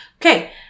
Okay